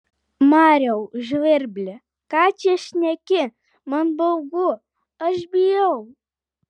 mariau žvirbli ką čia šneki man baugu aš bijau